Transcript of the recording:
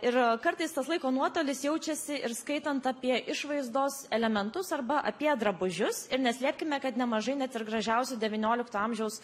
ir kartais tas laiko nuotolis jaučiasi ir skaitant apie išvaizdos elementus arba apie drabužius ir neslėpkime kad nemažai net ir gražiausių devyniolikto amžiaus